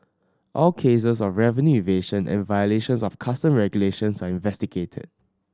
all cases of revenue evasion and violations of Custom regulations are investigated